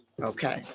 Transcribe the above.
Okay